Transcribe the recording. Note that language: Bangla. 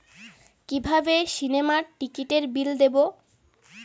কিভাবে সিনেমার টিকিটের বিল দেবো?